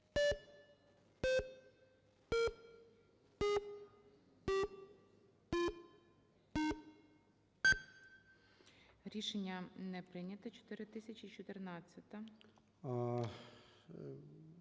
Рішення не прийнято.